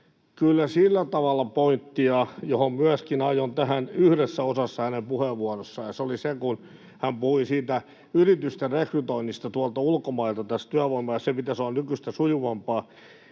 kyllä sillä tavalla pointtia, yhdessä osassa hänen puheenvuorossaan, ja se oli se, kun hän puhui siitä yritysten työvoiman rekrytoinnista ulkomailta ja siitä, että sen pitäisi olla nykyistä sujuvampaa.